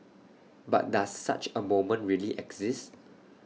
but does such A moment really exist